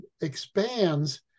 expands